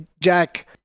Jack